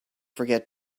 forget